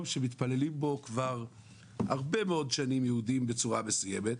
שמתפללים בו כבר הרבה מאוד שנים יהודים בצורה מסוימת,